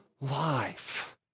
life